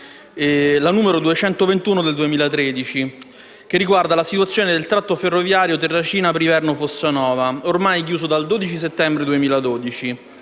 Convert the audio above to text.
finestra") del 2013, che riguarda la situazione del tratto ferroviario Terracina-Priverno Fossanova, ormai chiuso dal 12 settembre 2012.